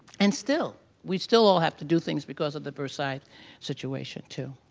and still, we still all have to do things because of the versailles situation too.